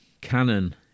Canon